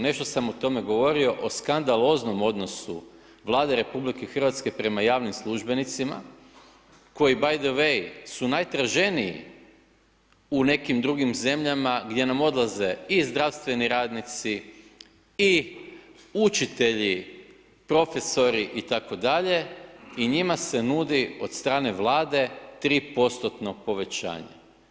Nešto sam o tome govorio o skandaloznom odnosu Vlade RH prema javnim službenicima koji bay the way su najtraženiji u nekim drugim zemljama gdje nam odlaze i zdravstveni radnici i učitelji, profesori itd. i njima se nudi od strane Vlade 3%-tno povećanje.